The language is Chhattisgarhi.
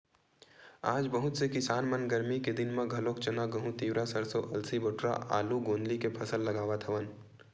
आज बहुत से किसान मन गरमी के दिन म घलोक चना, गहूँ, तिंवरा, सरसो, अलसी, बटुरा, आलू, गोंदली के फसल लगावत हवन